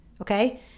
Okay